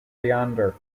leander